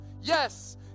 Yes